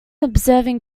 observing